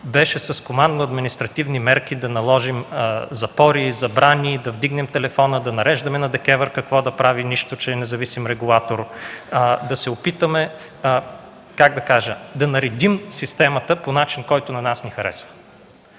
беше с командно-административни мерки да наложим запори, забрани, да вдигнем телефона и да нареждаме на ДКЕВР какво да прави, нищо че е независим регулатор; да се опитаме да наредим системата по начин, който на нас ни харесва,